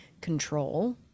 control